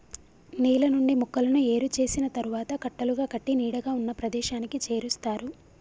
నేల నుండి మొక్కలను ఏరు చేసిన తరువాత కట్టలుగా కట్టి నీడగా ఉన్న ప్రదేశానికి చేరుస్తారు